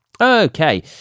Okay